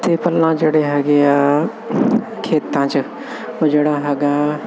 ਅਤੇ ਪਹਿਲਾਂ ਜਿਹੜੇ ਹੈਗੇ ਆ ਖੇਤਾਂ 'ਚ ਜਿਹੜਾ ਹੈਗਾ